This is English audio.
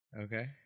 Okay